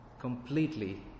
completely